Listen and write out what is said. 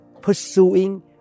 pursuing